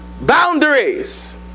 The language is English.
boundaries